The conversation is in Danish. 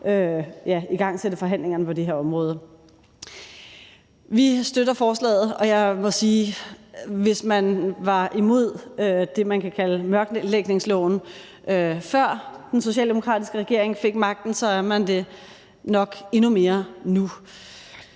igangsætte forhandlingerne på det her område. Vi støtter forslaget, og jeg må sige, at hvis man var imod det, man kan kalde mørklægningsloven, før den socialdemokratiske regering fik magten, så er man det nok endnu mere nu.